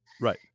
Right